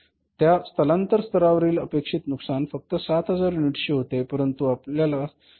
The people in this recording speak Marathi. तर उदाहरणार्थ त्या स्थलांतरण स्तरावरील अपेक्षित नुकसान फक्त सात हजार युनिट्सचे होतेपरंतु आपणास प्रत्यक्षात 10000 युनिट्सचे नुकसान झाले आहे